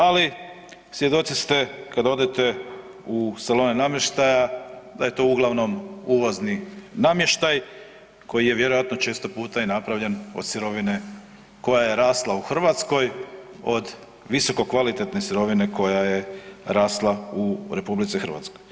Ali svjedoci ste kada odete u salone namještaja da je to uglavnom uvozni namještaj koji je vjerojatno često puta i napravljen od sirovine koja je rasla u Hrvatskoj od visokokvalitetne sirovine koja je rasla u Republici Hrvatskoj.